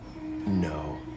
No